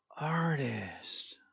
artist